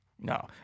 No